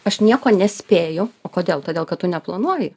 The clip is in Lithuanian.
aš nieko nespėju o kodėl todėl kad tu neplanuoji